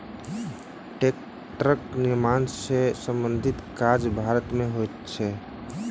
टेक्टरक निर्माण सॅ संबंधित काज भारत मे होइत अछि